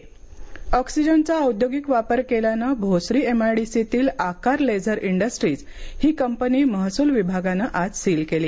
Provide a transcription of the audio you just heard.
laser Industries ऑक्सिजनचा औद्योगिक वापर केल्याने भोसरी एमआयडीसीतील आकार लेझर इंडस्ट्रीज ही कंपनी महस्रल विभागाने आज सील केली